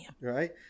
Right